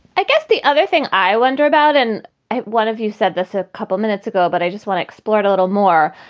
i guess the other thing i wonder about and in one of you said this a couple minutes ago, but i just want to explore it a little more.